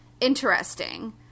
interesting